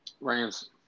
Rams